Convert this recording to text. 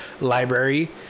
library